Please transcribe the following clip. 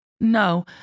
No